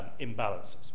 imbalances